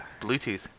Bluetooth